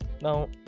Now